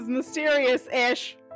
mysterious-ish